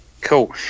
cool